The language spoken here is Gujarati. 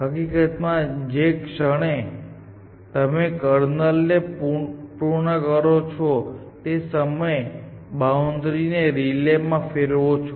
હકીકતમાં જે ક્ષણે તમે કર્નલ ને પૃન કરો છો તે જ સમયે તમે બાઉન્ડ્રી ને રિલેમાં ફેરવો છો